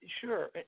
Sure